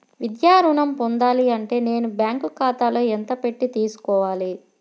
విద్యా ఋణం పొందాలి అంటే నేను బ్యాంకు ఖాతాలో ఎంత పెట్టి తీసుకోవాలి?